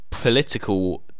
political